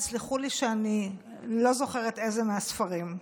תסלחו לי שאיני זוכרת איזה מהספרים.